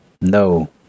no